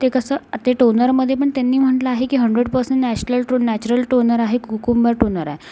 ते कसं ते टोनरमधे पण त्यांनी म्हटलं आहे की हंड्रेड परसेण्ट नॅसलर नॅचरल टोनर आहेत कुकुंबर टोनर आहे